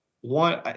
one